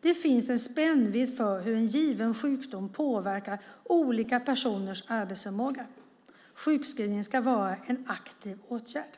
Det finns en spännvidd för hur en given sjukdom påverkar olika personers arbetsförmåga. Sjukskrivning ska vara en aktiv åtgärd.